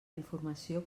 informació